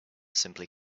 simply